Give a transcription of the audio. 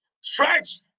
Stretch